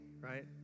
right